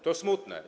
To smutne.